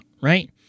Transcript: right